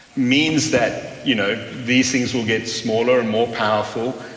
means that you know these things will get smaller and more powerful.